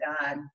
God